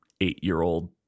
eight-year-old